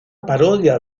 parodia